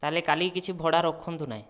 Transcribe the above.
ତାହେଲେ କାଲି କିଛି ଭଡ଼ା ରଖନ୍ତୁ ନାହିଁ